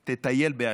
תטייל באשקלון,